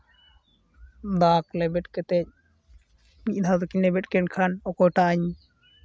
ᱫᱟᱜᱽ ᱞᱮᱵᱮᱫ ᱠᱟᱛᱮ ᱢᱤᱫ ᱫᱷᱟᱣ ᱛᱮᱠᱤᱱ ᱞᱮᱵᱮᱫ ᱠᱮᱫ ᱠᱷᱟᱱ ᱚᱠᱚᱭᱴᱟᱜ ᱤᱧ